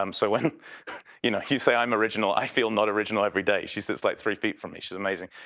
um so, when you know you say i'm original, i feel not original everyday. she sits like three feet from me, she's amazing.